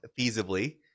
feasibly